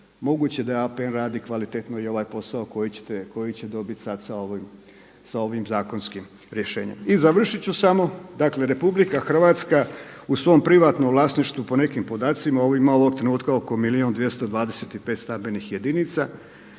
moguće da APN radi kvalitetno i ovaj posao koji će dobiti sada sa ovim zakonskim rješenjem? I završit ću samo, dakle RH u svom privatnom vlasništvu po nekim podacima ima ovog trenutka oko milijun